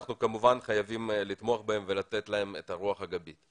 אנחנו כמובן חייבים לתמוך בהם ולתת להם את הרוח הגבית.